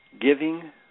Giving